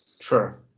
Sure